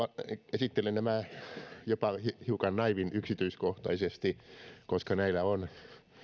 esittelen nämä jopa hiukan naiivin yksityiskohtaisesti koska näillä on